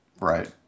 Right